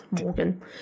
Morgan –